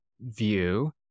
view